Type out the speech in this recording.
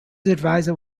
advisor